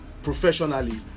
professionally